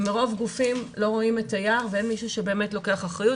ומרוב גופים לא רואים את היער ואין מישהו שבאמת לוקח אחריות.